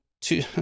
two